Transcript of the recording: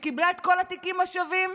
שקיבלה את כל התיקים השווים?